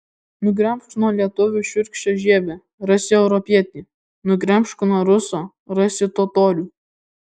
nugremžk nuo lietuvio šiurkščią žievę rasi europietį nugremžk nuo ruso rasi totorių